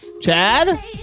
Chad